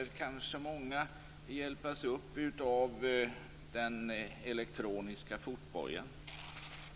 kanske kan hjälpas upp av den elektroniska fotbojan.